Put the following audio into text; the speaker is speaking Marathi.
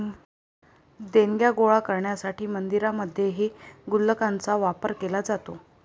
देणग्या गोळा करण्यासाठी मंदिरांमध्येही गुल्लकांचा वापर केला जातो